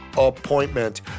appointment